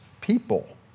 people